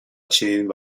چنین